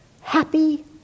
happy